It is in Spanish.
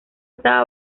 estaba